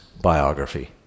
biography